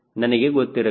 ನನಗೆ ಗೊತ್ತಿರಬೇಕು